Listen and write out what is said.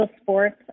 Sports